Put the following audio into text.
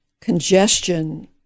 congestion